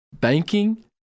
banking